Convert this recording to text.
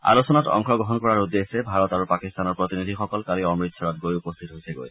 আলোচনাত অংশগ্ৰহণ কৰাৰ উদ্দেশ্যে ভাৰত আৰু পাকিস্তানৰ প্ৰতিনিধিসকল কালি অমৃতসৰত গৈ উপস্থিত হৈছেগৈ